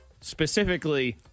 Specifically